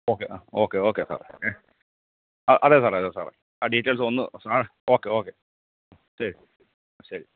okay ആ okay okay സാറേ ഏ അതേ സാറെ അതേ സാറേ ആ ഡീറ്റെയിൽസൊന്ന് സാറെ ഓക്കെ ഓക്കെ ശരി ശരി